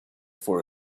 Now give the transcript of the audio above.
for